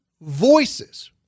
voices